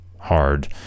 hard